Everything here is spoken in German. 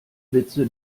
witze